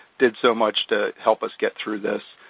did so much to help us get through this.